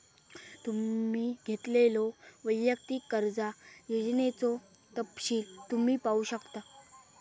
तुम्ही घेतलेल्यो वैयक्तिक कर्जा योजनेचो तपशील तुम्ही पाहू शकता